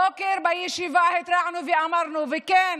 בבוקר בישיבה התרענו ואמרנו: כן,